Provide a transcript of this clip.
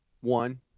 One